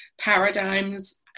paradigms